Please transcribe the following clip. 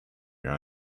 your